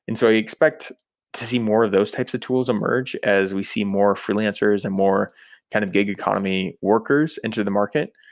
and so i expect to see more of those types of tools emerge as we see more freelancers and more kind of gig economy workers enter the market,